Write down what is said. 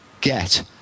get